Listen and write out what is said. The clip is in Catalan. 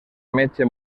metge